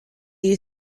you